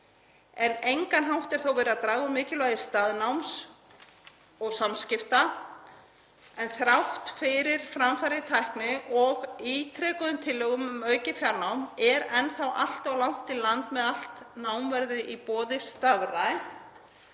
Á engan hátt er þó verið að draga úr mikilvægi staðnáms og samskipta. Þrátt fyrir framfarir í tækni og ítrekaðar tillögur um aukið fjarnám er enn þá allt of langt í land með að allt nám verði í boði stafrænt.